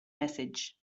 message